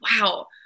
wow